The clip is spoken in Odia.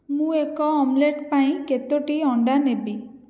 ମୁଁ ଏକ ଓମଲେଟ୍ ପାଇଁ କେତୋଟି ଅଣ୍ଡା ନେବି